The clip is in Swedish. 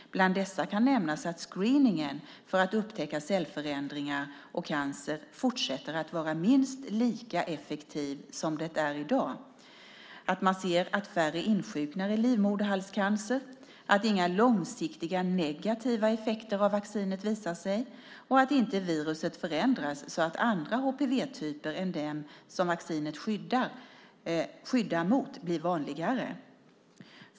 Bland dessa kan nämnas att screeningen för att upptäcka cellförändringar och cancer fortsätter att vara minst lika effektiv som den är i dag, att man ser att färre insjuknar i livmoderhalscancer, att inga långsiktiga negativa effekter av vaccinet visar sig och att inte viruset förändras så att andra HPV-typer än de som vaccinet skyddar mot blir vanligare.